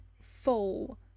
full